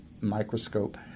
microscope